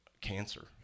cancer